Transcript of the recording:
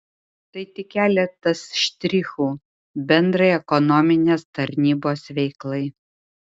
tai tik keletas štrichų bendrai ekonominės tarnybos veiklai